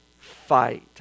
fight